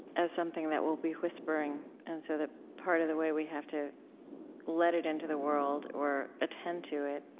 as something that will be whispering, and so that part of the way we have to let it into the world or attend to it